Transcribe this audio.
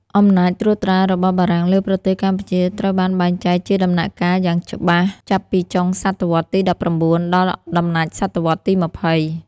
អំណាចត្រួតត្រារបស់បារាំងលើប្រទេសកម្ពុជាត្រូវបានបែងចែកជាដំណាក់កាលយ៉ាងច្បាស់ចាប់ពីចុងសតវត្សទី១៩ ដល់ដំណាច់សតវត្សទី២០។